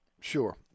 Sure